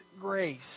grace